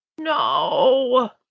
No